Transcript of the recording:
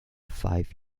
five